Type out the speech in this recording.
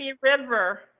River